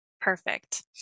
Perfect